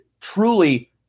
truly